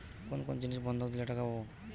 কোন কোন জিনিস বন্ধক দিলে টাকা পাব?